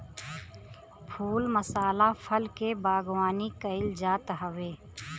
फूल मसाला फल के बागवानी कईल जात हवे